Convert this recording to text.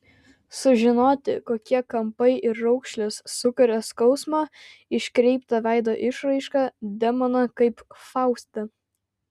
sužinoti kokie kampai ir raukšlės sukuria skausmo iškreiptą veido išraišką demoną kaip fauste